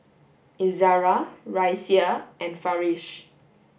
Izara Raisya and Farish